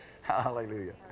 Hallelujah